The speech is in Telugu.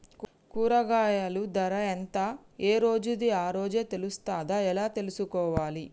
కూరగాయలు ధర ఎంత ఏ రోజుది ఆ రోజే తెలుస్తదా ఎలా తెలుసుకోవాలి?